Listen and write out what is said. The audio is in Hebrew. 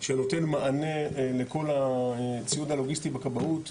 שנותן מענה לכל הציוד הלוגיסטי בכבאות.